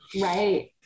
Right